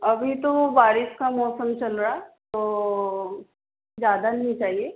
अभी तो वो बारिश का मौसम चल रहा है तो ज़्यादा नहीं चाहिए